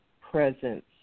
presence